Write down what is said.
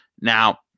Now